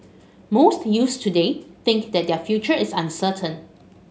most youths today think that their future is uncertain